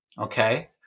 okay